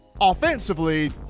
offensively